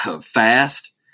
fast